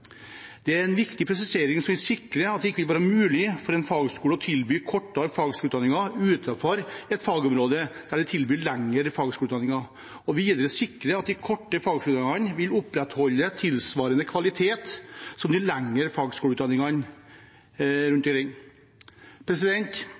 er en viktig presisering som vil sikre at det ikke vil være mulig for en fagskole å tilby kortere fagskoleutdanninger utenfor et fagområde der de tilbyr lengre fagskoleutdanninger, og videre vil det sikre at de kortere fagskoleutdanningene vil opprettholde tilsvarende kvalitet som de lengre fagskoleutdannelsene rundt